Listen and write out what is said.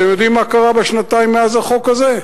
אתם יודעים מה קרה בשנתיים מאז החוק הזה?